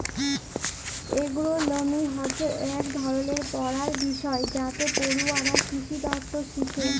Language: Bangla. এগ্রোলমি হছে ইক ধরলের পড়ার বিষয় যাতে পড়ুয়ারা কিসিতত্ত শিখে